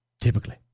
Typically